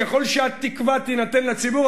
ככל שהתקווה תינתן לציבור,